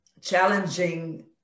challenging